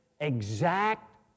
exact